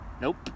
nope